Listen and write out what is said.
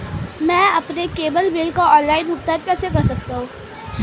मैं अपने cable bill का ऑनलाइन भुगतान कैसे कर सकता हूं?